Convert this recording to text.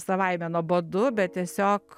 savaime nuobodu bet tiesiog